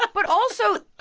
ah but also,